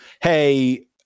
Hey